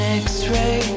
x-ray